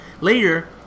Later